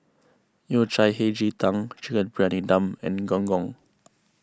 Yao Cai Hei Ji Tang Chicken Briyani Dum and Gong Gong